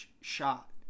shot